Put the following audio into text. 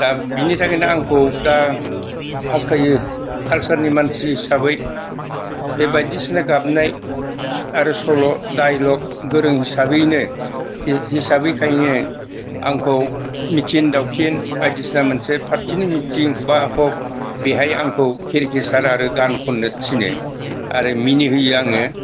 दा बिनि थाखायनो आंखौ दा हास्थायो कालचारनि मानसि हिसाबै बे बायदिसिना गाबनाय आरो सल' डाइल'ग गोरों हिसाबैनो हिसाबैखायनो आंखौ मिटिं दावथिं बायदिसिना मोनसे पार्टिनि मिटिं बा हग बेहाय आंखौ केरिकेचार आरो गान खननो थिनो आरो मिनि होयो आङो